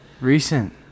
Recent